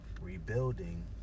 Rebuilding